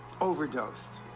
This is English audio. overdosed